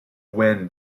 wind